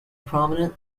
prominent